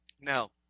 Now